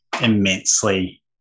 immensely